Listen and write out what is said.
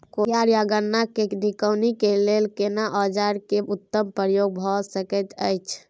कोसयार आ गन्ना के निकौनी के लेल केना औजार के उत्तम प्रयोग भ सकेत अछि?